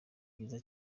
byiza